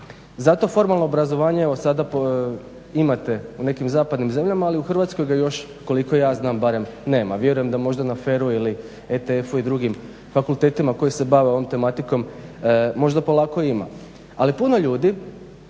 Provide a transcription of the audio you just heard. Zato formalno obrazovanje evo sada imate u nekim zapadnim zemljama, ali u Hrvatskoj ga još koliko ja znam barem nema. Vjerujem da možda na FER-u ili ETF-u i drugim fakultetima koji se bave ovom tematikom možda polako ima. Ali puno ljudi